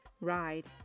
ride